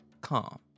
calm